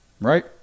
Right